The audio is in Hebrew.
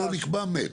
לא נקבע, מת.